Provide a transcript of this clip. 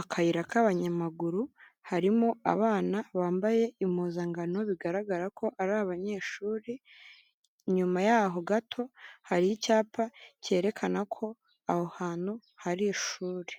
akayira k'abanyamaguru harimo abana bambaye impuzangano bigaragara ko ari abanyeshuri, inyuma y'aho gato hari icyapa cyerekana ko aho hantu hari ishuri.